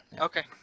Okay